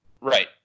right